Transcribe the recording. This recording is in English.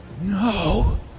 No